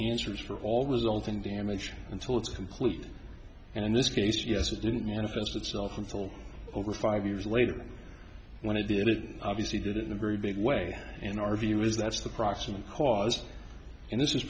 answers for all resulting damage until it's complete and in this case yes it didn't manifest itself until over five years later when i did it obviously did it in a very big way in our view is that's the proximate cause and this is